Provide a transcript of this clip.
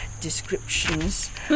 descriptions